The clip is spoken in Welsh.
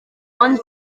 ond